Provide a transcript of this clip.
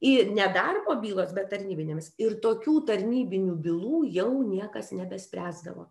į ne darbo bylos bet tarnybinėmis ir tokių tarnybinių bylų jau niekas nebespręsdavo